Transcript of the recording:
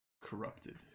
Corrupted